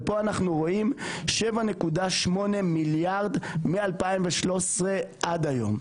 ופה אנחנו רואים 7.8 מיליארד מ-2013 עד היום.